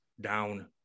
down